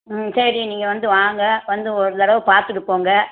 ம் சரி நீங்கள் வந்து வாங்க வந்து ஒரு தடவை பார்த்துட்டுப் போங்க